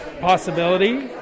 possibility